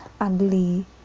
ugly